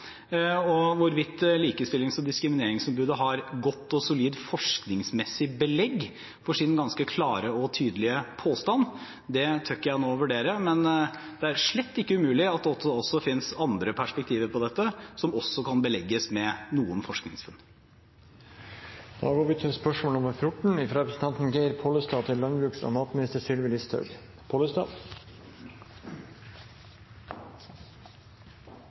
Hvorvidt likestillings- og diskrimineringsombudet har et godt og solid forskningsmessig belegg for sin ganske klare og tydelige påstand, tør ikke jeg vurdere nå. Men det er slett ikke umulig at det også finnes andre perspektiver på dette, som også kan belegges med noen forskningsfunn. Mitt spørsmål går til landbruks- og matministeren: «Korleis vil statsråden utforme politikken og